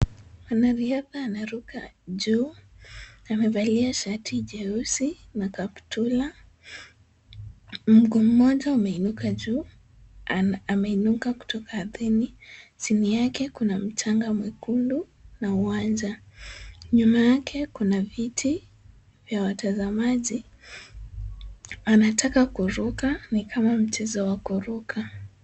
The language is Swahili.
Mwanariadha anaruka juu, amevalia shati jeusi na kaptula, mguu mmoja umeinuka juu, ameinuka kutoka ardhini. Chini yake kuna mchanga mwekundu na uwanja. Nyuma yake kuna viti vya watazamaji, anataka kuruka ni kama mchezo wa kuruka.